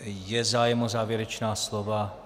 Je zájem o závěrečná slova?